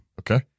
Okay